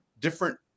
different